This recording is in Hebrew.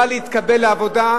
נגד ציבור חרדי שבא להתקבל לעבודה,